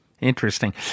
Interesting